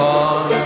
on